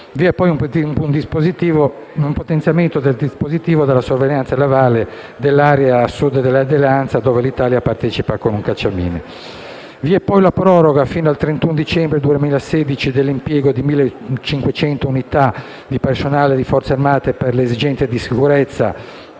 Vi è poi un potenziamento del dispositivo per la sorveglianza navale dell'area Sud dell'Alleanza, dove l'Italia partecipa con un cacciamine. È prevista la proroga, fino al 31 dicembre 2016, dell'impiego di 1.500 unità di personale delle Forze armate per le esigenze di sicurezza